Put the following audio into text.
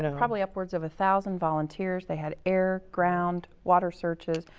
and probably upwards of a thousand volunteers. they had air, ground, water searches.